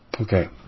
Okay